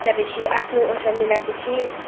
त्यहाँ पछि आफ्नो ओछ्यान मिलाए पछि